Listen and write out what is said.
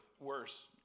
worse